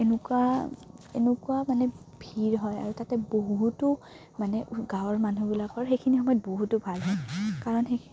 এনেকুৱা এনেকুৱা মানে ভিৰ হয় আৰু তাতে বহুতো মানে গাঁৱৰ মানুহবিলাকৰ সেইখিনি সময়ত বহুতো ভাল হয় কাৰণ সেইখ